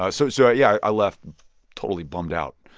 ah so so, yeah, i left totally bummed out